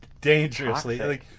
dangerously